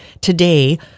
today